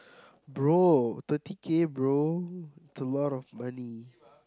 bro thirty K bro it's a lot of money